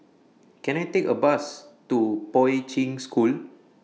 Can I Take A Bus to Poi Ching School